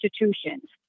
institutions